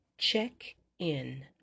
Check-in